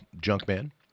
Junkman